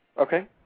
Okay